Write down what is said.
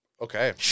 Okay